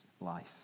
life